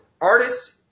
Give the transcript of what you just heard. artists